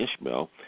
Ishmael